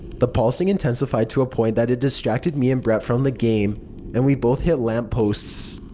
the pulsing intensified to point that it distracted me and brett from the game and we both hit lamp posts.